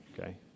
Okay